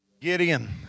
Gideon